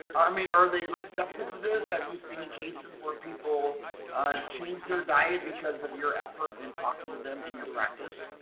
i mean are they receptive of this have you seen cases where people change their diet because of your effort and talking to them in your practice?